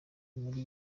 muri